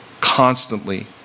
constantly